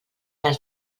les